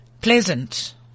pleasant